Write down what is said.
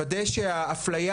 לוודא שהאפליה